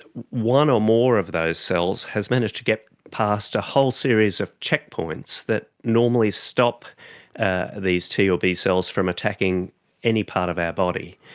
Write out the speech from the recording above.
one or more of those cells has managed to get past a whole series of checkpoints that normally stop ah these t or b cells from attacking any part of our body.